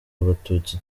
abatutsi